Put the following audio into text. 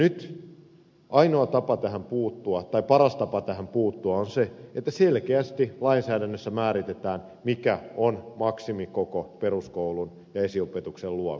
nyt paras tapa puuttua tähän on se että selkeästi lainsäädännössä määritetään mikä on maksimikoko peruskoulun ja esiopetuksen luokissa